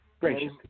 Great